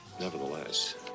Nevertheless